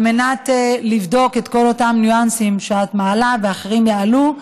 על מנת לבדוק את כל אותם ניואנסים שאת מעלה ושאחרים יעלו,